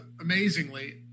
amazingly